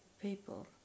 people